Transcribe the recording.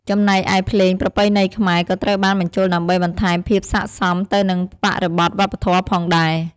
ចំណែកឯភ្លេងប្រពៃណីខ្មែរក៏ត្រូវបានបញ្ចូលដើម្បីបន្ថែមភាពស័ក្តិសមទៅនឹងបរិបទវប្បធម៌ផងដែរ ។